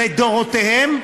לדורותיהם,